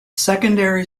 secondary